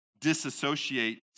disassociate